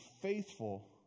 faithful